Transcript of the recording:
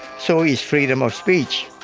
so is freedom of speech.